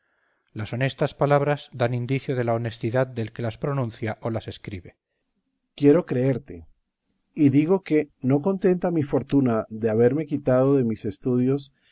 las honestas palabras dan indicio de la honestidad del que las pronuncia o las escribe berganza quiero creerte y digo que no contenta mi fortuna de haberme quitado de mis estudios